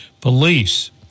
police